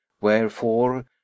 wherefore